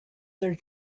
their